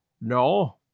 No